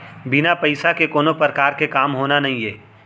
बिन पइसा के कोनो परकार के काम होना नइये